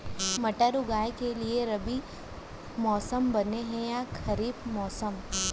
मटर उगाए के लिए रबि मौसम बने हे या खरीफ मौसम?